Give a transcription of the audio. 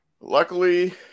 luckily